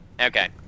Okay